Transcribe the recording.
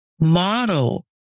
model